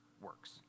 works